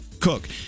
cook